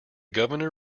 governor